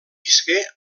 visqué